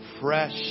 fresh